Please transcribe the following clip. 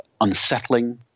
unsettling